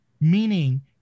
meaning